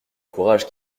courage